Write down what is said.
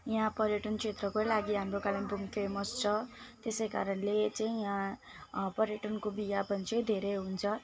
यहाँ पर्यटन क्षेत्रकै लागि हाम्रो कालिम्पोङ फेमस छ त्यसै कारणले चाहिँ यहाँ पर्यटनको विज्ञापन चाहिँ धेरै हुन्छ